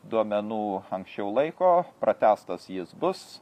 duomenų anksčiau laiko pratęstas jis bus